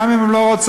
גם אם הן לא רוצות.